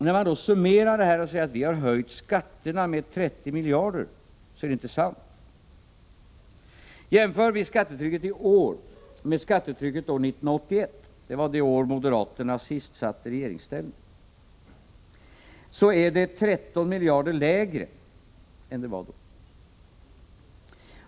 När man summerar detta och säger att vi har höjt skatterna med 30 miljarder är det dessutom inte sant. Jämför vi skattetrycket i år med skattetrycket år 1981, det var det år moderaterna sist satt i regeringsställning, ser vi att det är 13 miljarder lägre än det var då.